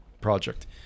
project